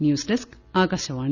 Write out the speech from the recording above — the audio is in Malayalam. news desk Akashvani